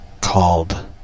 called